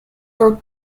are